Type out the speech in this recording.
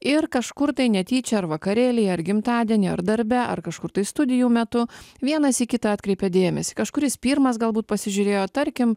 ir kažkur tai netyčia ar vakarėly ar gimtadieny ar darbe ar kažkur tai studijų metu vienas į kitą atkreipia dėmesį kažkuris pirmas galbūt pasižiūrėjo tarkim